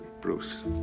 Bruce